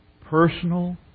personal